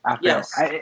Yes